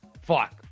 fuck